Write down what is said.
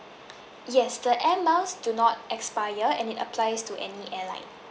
yes the air miles do not expire and it applies to any airline